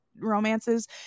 romances